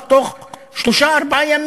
ניתן לעבור את אותו ניתוח בתוך שלושה-ארבעה ימים.